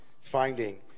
finding